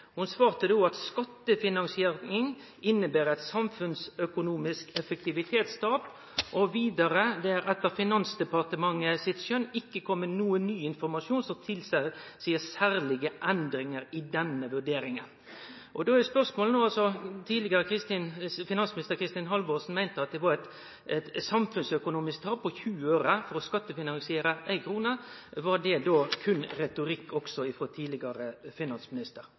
svarte då at skattefinansiering «innebærer et samfunnsøkonomisk effektivitetstap», og vidare: «Det er etter Finansdepartementet sitt skjønn ikke kommet noen ny informasjon som tilsier særlige endringer i denne vurderingen.» Då er spørsmålet: Når tidlegare finansminister Kristin Halvorsen meinte at det var «et samfunnsøkonomisk effektivitetstap» på 20 øre for å skattefinansiere ei krone, var det berre retorikk også frå tidlegare finansminister?